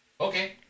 Okay